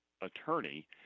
attorney